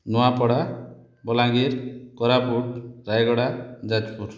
Nuapada Balangir Koraput Rayagada Jajpur